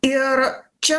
ir čia